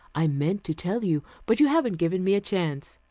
i meant to tell you, but you haven't given me a chance.